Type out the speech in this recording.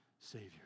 Savior